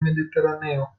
mediteraneo